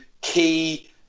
key